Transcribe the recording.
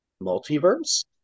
multiverse